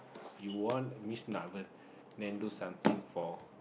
you want Miss then do something for